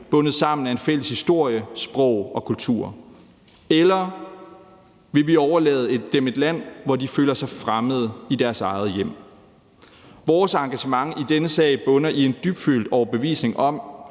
bundet sammen af fælles historie, sprog og kultur, eller om vi vil overlade dem et land, hvor de føler sig fremmede i deres eget hjem. Vores engagement i denne sag bunder i en dybfølt overbevisning om,